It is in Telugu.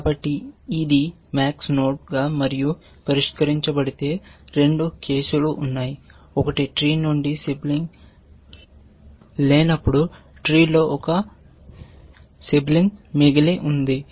కాబట్టి ఇది max గా మరియు పరిష్కరించబడితే రెండు కేసులు ఉన్నాయి ఒకటి ట్రీ నుండి సిబ్లింగ్ లేనప్పుడు ట్రీ లో ఒక సిబ్లింగ్ మిగిలి ఉంది